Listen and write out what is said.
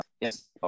Yes